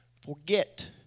forget